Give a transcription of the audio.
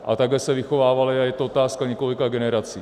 A takhle se vychovávali a je to otázka několika generací.